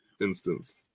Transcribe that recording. instance